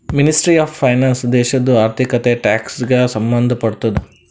ministry of finance ದೇಶದು ಆರ್ಥಿಕತೆ, tax ಗ ಸಂಭಂದ್ ಪಡ್ತುದ